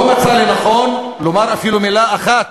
לא מצא לנכון לומר אפילו מילה אחת